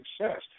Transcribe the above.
success